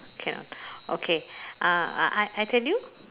can okay uh I I I tell you